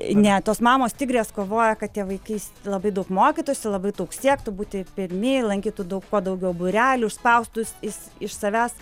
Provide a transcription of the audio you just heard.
ne tos mamos tigrės kovoja kad tie vaikai labai daug mokytųsi labai daug siektų būti pirmieji lankytų daug kuo daugiau būrelių ir spaustų iš iš savęs